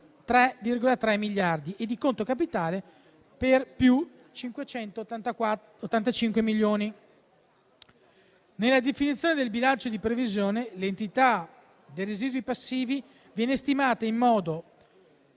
+3,3 miliardi di euro e di conto capitale per +585 milioni di euro. Nella definizione del bilancio di previsione, l'entità dei residui passivi viene stimata in modo